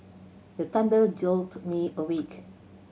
the thunder jolt me awake